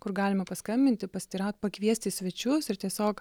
kur galime paskambinti pasiteiraut pakviesti į svečius ir tiesiog